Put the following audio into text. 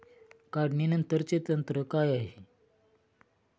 काढणीनंतरचे तंत्र काय आहे?